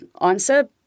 answer